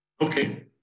okay